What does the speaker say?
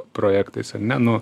projektais ar ne nu